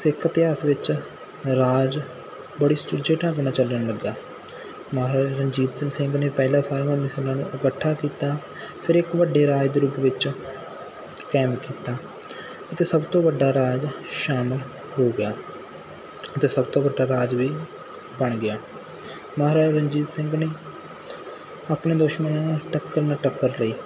ਸਿੱਖ ਇਤਿਹਾਸ ਵਿੱਚ ਰਾਜ ਬੜਾ ਸੁਚੱਜੇ ਢੰਗ ਨਾਲ ਚੱਲਣ ਲੱਗਾ ਮਹਾਰਾਜਾ ਰਣਜੀਤ ਸੀ ਸਿੰਘ ਨੇ ਪਹਿਲਾਂ ਸਾਰੀਆਂ ਮਿਸਲਾਂ ਨੂੰ ਇਕੱਠਾ ਕੀਤਾ ਫਿਰ ਇੱਕ ਵੱਡੇ ਰਾਜ ਦੇ ਰੂਪ ਵਿੱਚ ਕਾਇਮ ਕੀਤਾ ਅਤੇ ਸਭ ਤੋਂ ਵੱਡਾ ਰਾਜ ਸ਼ਾਮਲ ਹੋ ਗਿਆ ਅਤੇ ਸਭ ਤੋਂ ਵੱਡਾ ਰਾਜ ਵੀ ਬਣ ਗਿਆ ਮਹਾਰਾਜਾ ਰਣਜੀਤ ਸਿੰਘ ਨੇ ਆਪਣੇ ਦੁਸ਼ਮਣਾਂ ਨਾਲ ਟੱਕਰ ਨਾਲ ਟੱਕਰ ਲਈ